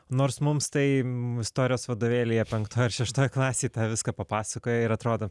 nors mums tai istorijos vadovėlyje penktoj ar šeštoj klasėj tą viską papasakojo ir atrodo